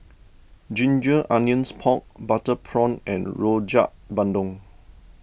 Ginger Onions Pork Butter Prawn and Rojak Bandung